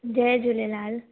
Jay Jhulelal